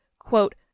quote